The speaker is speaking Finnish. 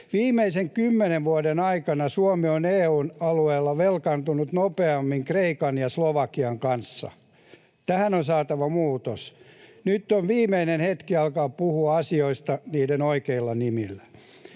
Viimeisen kymmenen vuoden aikana Suomi on EU:n alueella velkaantunut nopeimmin Kreikan ja Slovakian kanssa. Tähän on saatava muutos. Nyt on viimeinen hetki alkaa puhua asioista niiden oikeilla nimillä.